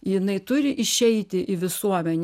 jinai turi išeiti į visuomenę